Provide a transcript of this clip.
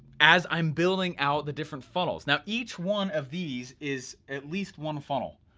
as i'm building out the different funnels. now each one of these is at least one funnel,